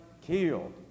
killed